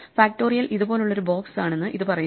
factorial ഇതുപോലെയുള്ള ഒരു ബോക്സാണെന്ന് ഇത് പറയുന്നു